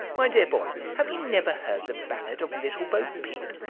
my dear boy, have you never heard the ballad of little bo-peep?